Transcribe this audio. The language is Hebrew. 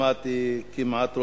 שמעתי מכמעט,